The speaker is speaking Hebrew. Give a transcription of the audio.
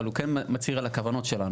אבל הוא כן מצהיר על הכוונות שלנו.